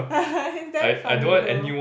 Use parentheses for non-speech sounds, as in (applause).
(laughs) it's damn funny though